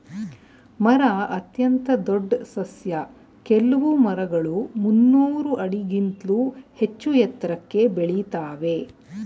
ಮರ ಅತ್ಯಂತ ದೊಡ್ ಸಸ್ಯ ಕೆಲ್ವು ಮರಗಳು ಮುನ್ನೂರ್ ಆಡಿಗಿಂತ್ಲೂ ಹೆಚ್ಚೂ ಎತ್ರಕ್ಕೆ ಬೆಳಿತಾವೇ